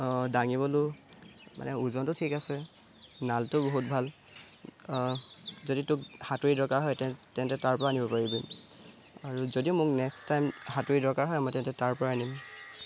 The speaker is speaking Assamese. দাঙিবলৈও মানে ওজনটো ঠিক আছে নালটো বহুত ভাল যদি তোক হাতুৰী দৰকাৰ হয় তে তেন্তে তাৰ পৰা আনিব পাৰিবি আৰু যদি মোক নেক্সট টাইম হাতুৰী দৰকাৰ হয় মই তেন্তে তাৰ পৰাই আনিম